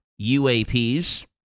UAPs